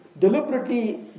deliberately